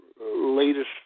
latest